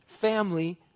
family